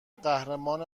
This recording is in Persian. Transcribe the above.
قهرمان